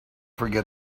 forget